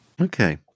Okay